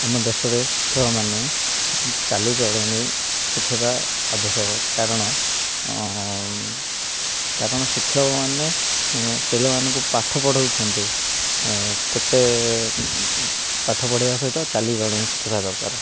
ଆମ ଦେଶରେ ଶିକ୍ଷକମାନେ ଚାଲିଚଳଣି ଶିଖିବା ଆବଶ୍ୟକ କାରଣ କାରଣ ଶିକ୍ଷକମାନେ ପିଲାମାନଙ୍କୁ ପାଠ ପଢ଼ଉଛନ୍ତି କେତେ ପାଠ ପଢ଼ିବା ସହିତ ଚାଲିଚଳଣି ଶିଖାଇବା ଦରକାର